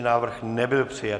Návrh nebyl přijat.